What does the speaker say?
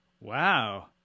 Wow